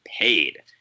paid